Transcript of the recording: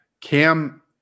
Cam